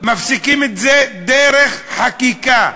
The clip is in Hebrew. מפסיקים את זה דרך חקיקה,